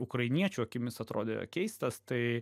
ukrainiečių akimis atrodė keistas tai